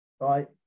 Right